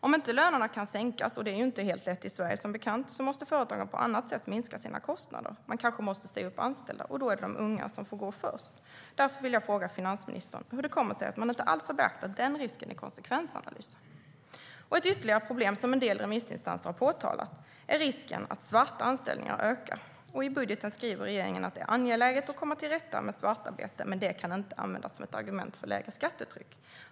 Om inte lönerna kan sänkas, vilket som bekant inte är helt lätt i Sverige, måste företagen minska sina kostnader på annat sätt. Man kanske måste säga upp anställda, och då är det de unga som får gå först. Jag vill fråga finansministern hur det kommer sig att man inte alls har beaktat den risken i konsekvensanalysen. Ett ytterligare problem som en del remissinstanser har påtalat är risken att svarta anställningar ökar. I budgeten skriver regeringen att det är angeläget att komma till rätta med svartarbete men att det inte kan användas som ett argument för lägre skattetryck.